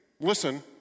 Listen